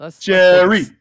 Jerry